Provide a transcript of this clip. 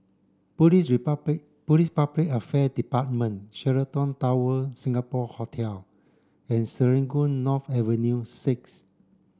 Police Police Public Affair Department Sheraton Tower Singapore Hotel and Serangoon North Avenue six